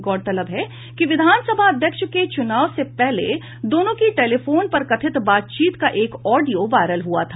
गौरतलब है कि विधानसभा अध्यक्ष के चुनाव से पहले दोनों की टेलीफोन पर कथित बातचीत का एक ऑडियो वायरल हुआ था